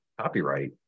copyright